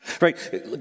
Right